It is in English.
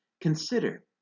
consider